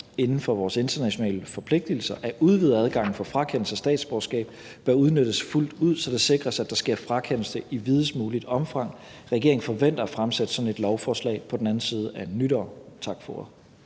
inden for vores internationale forpligtigelser at udvide adgangen for frakendelse af statsborgerskab bør udnyttes fuldt ud, så det sikres, at der sker frakendelse i videst muligt omfang. Regeringen forventer at fremsætte sådan et lovforslag på den anden side af nytår. Tak for